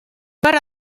per